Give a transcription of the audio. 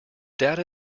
data